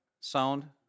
sound